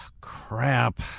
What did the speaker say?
Crap